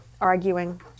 arguing